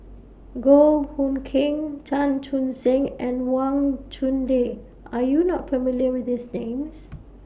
Goh Hood Keng Chan Chun Sing and Wang Chunde Are YOU not familiar with These Names